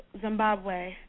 Zimbabwe